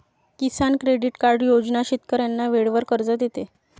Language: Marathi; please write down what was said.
किसान क्रेडिट कार्ड योजना शेतकऱ्यांना वेळेवर कर्ज देते